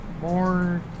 more